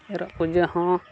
ᱮᱨᱚᱜ ᱯᱩᱡᱟᱹ ᱦᱚᱸ